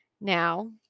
Now